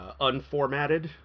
unformatted